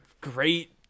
great